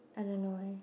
I don't know eh